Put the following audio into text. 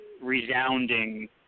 resounding